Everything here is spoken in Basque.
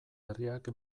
herriak